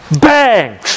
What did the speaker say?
Bang